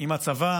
עם הצבא